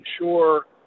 ensure